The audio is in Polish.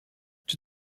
czy